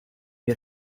che